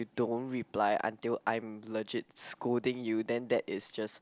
don't reply until I'm legit scolding you then that is just